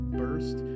burst